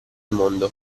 mondo